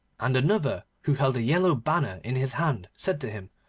and another, who held a yellow banner in his hand, said to him,